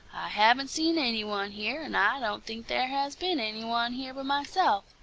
haven't seen any one here, and i don't think there has been any one here but myself.